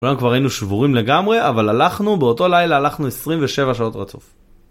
כולנו כבר היינו שבורים לגמרי אבל הלכנו, באותו לילה הלכנו 27 שעות רצוף